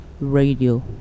Radio